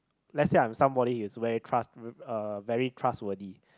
let's say I'm somebody who's very trust~ uh very trustworthy